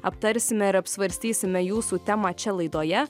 aptarsime ir apsvarstysime jūsų temą čia laidoje